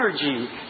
Energy